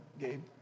Gabe